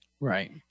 Right